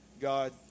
God